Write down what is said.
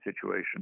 situation